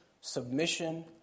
submission